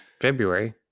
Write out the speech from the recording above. february